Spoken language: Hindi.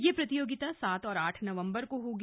यह प्रतियोगिता सात और आठ नंवबर को होगी